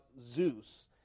Zeus